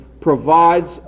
provides